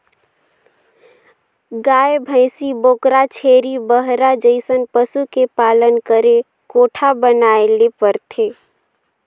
गाय, भइसी, बोकरा, छेरी, बरहा जइसन पसु के पालन करे कोठा बनाये ले परथे